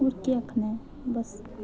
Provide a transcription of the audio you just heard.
हो केह् आखना ऐ बस